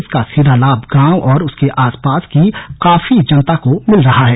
इसका सीधा लाभ गांव और उसके आसपास की काफी जनता को मिल रहा है